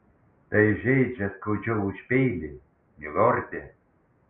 tai žeidžia skaudžiau už peilį milorde